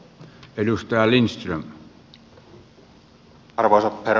arvoisa herra puhemies